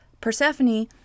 Persephone